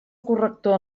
corrector